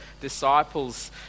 disciples